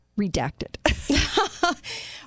redacted